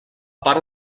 part